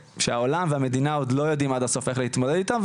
שהעולם והמדינה עוד לא יודעים עד הסוף איך להתמודד איתם.